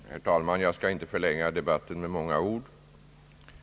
Herr talman! Jag skall inte förlänga debatten med många ord.